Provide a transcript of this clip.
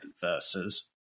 versus